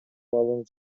алууну